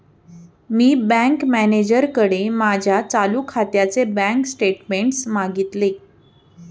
मी bank मॅनेजरकडे माझ्या चालू खात्याचे बँक स्टेटमेंट्स मागितले